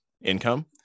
income